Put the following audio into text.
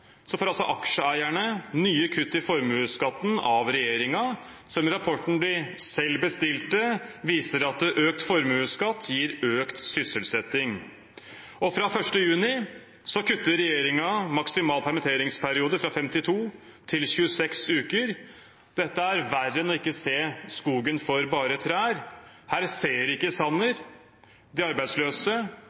aksjeeierne nye kutt i formuesskatten av regjeringen, som i rapporten de selv bestilte, viser at økt formuesskatt gir økt sysselsetting. Og fra 1. juni kutter regjeringen maksimal permitteringsperiode fra 52 til 26 uker. Dette er verre enn ikke å se skogen for bare trær – her ser ikke Sanner de arbeidsløse